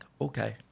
okay